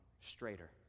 straighter